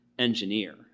engineer